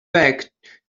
back